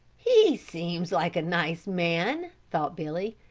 he seems like a nice man, thought billy,